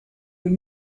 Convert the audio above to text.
were